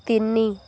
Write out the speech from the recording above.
ତିନି